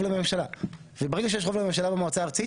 לממשלה וברגע שיש רוב לממשלה במועצה הארצית,